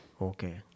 Okay